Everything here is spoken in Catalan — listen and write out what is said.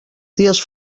dies